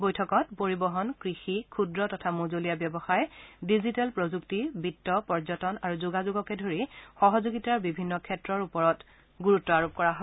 বৈঠকত পৰিবহন কৃষি ক্ষুদ্ৰ তথা মজলীয়া ব্যৱসায় ডিজিটেল প্ৰযুক্তি বিত্ত পৰ্যটন আৰু যোগাযোগকে ধৰি সহযোগিতাৰ বিভিন্ন ক্ষেত্ৰৰ ওপৰত গুৰুত্ব আৰোপ কৰা হয়